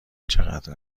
چقدر